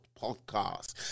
podcast